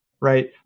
right